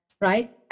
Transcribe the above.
right